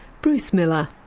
bruce miller.